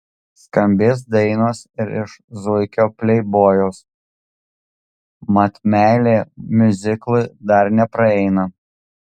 skambės dainos ir iš zuikio pleibojaus mat meilė miuziklui dar nepraeina